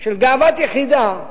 של גאוות יחידה,